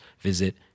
visit